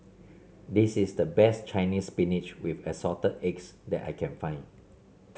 this is the best Chinese Spinach with Assorted Eggs that I can find